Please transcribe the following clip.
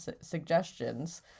suggestions